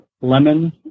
lemon